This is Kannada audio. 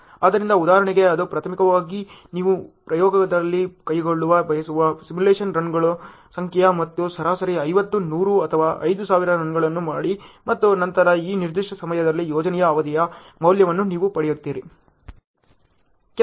ಆದ್ದರಿಂದ ಉದಾಹರಣೆಗೆ ಅದು ಪ್ರಾಥಮಿಕವಾಗಿ ನೀವು ಪ್ರಯೋಗದಲ್ಲಿ ಕೈಗೊಳ್ಳಲು ಬಯಸುವ ಸಿಮ್ಯುಲೇಶನ್ ರನ್ಗಳ ಸಂಖ್ಯೆ ಮತ್ತು ಸರಾಸರಿ 50 100 ಅಥವಾ 5000 ರನ್ಗಳನ್ನು ಮಾಡಿ ಮತ್ತು ನಂತರ ಈ ನಿರ್ದಿಷ್ಟ ಸಂದರ್ಭದಲ್ಲಿ ಯೋಜನೆಯ ಅವಧಿಯ ಮೌಲ್ಯವನ್ನು ನೀವು ಪಡೆಯುತ್ತೀರಿ